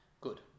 Good